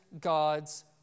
God's